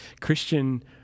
Christian